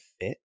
fit